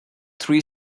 three